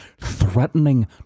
threatening